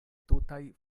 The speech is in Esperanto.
tutaj